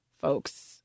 folks